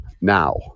now